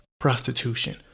prostitution